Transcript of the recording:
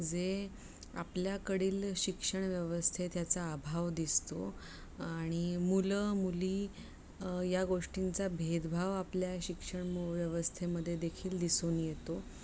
जे आपल्याकडील शिक्षण व्यवस्थेत याचा अभाव दिसतो आणि मुलं मुली या गोष्टींचा भेदभाव आपल्या शिक्षण व्यवस्थेमदे देखील दिसून येतो